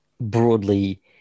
broadly